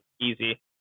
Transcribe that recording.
easy